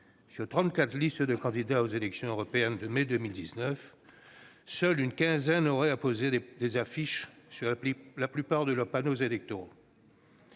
listes de candidats aux élections européennes de mai 2019, seule une quinzaine aurait apposé des affiches sur la plupart de leurs panneaux électoraux.